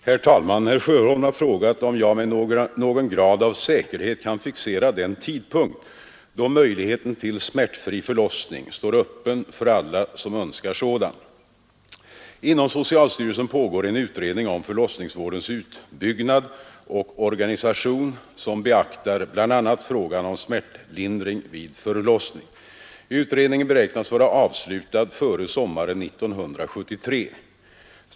Herr talman! Herr Sjöholm har frågat om jag med någon grad av säkerhet kan fixera den tidpunkt då möjligheten till smärtfri förlossning står öppen för alla som önskar sådan. Inom socialstyrelsen pågår en utredning om förlossningsvårdens utbyggnad och organisation som beaktar bl.a. frågan om smärtlindring vid förlossning. Utredningen beräknas vara avslutad före sommaren 1973.